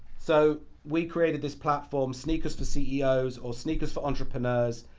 so, we created this platform sneakers for ceos or sneakers for entrepreneurs.